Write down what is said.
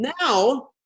Now